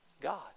God